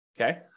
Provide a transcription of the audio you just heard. Okay